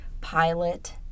pilot